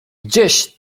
gdzieś